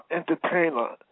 entertainer